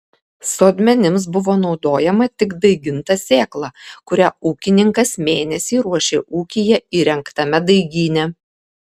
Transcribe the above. sodmenims buvo naudojama tik daiginta sėkla kurią ūkininkas mėnesį ruošė ūkyje įrengtame daigyne